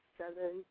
seven